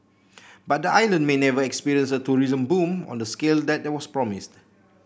but the island may never experience a tourism boom on the scale that was promised